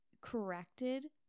corrected